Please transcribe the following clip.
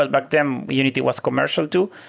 back then, unity was commercial too.